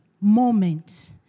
moment